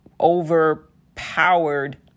overpowered